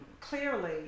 Clearly